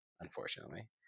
unfortunately